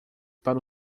para